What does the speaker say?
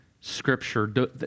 Scripture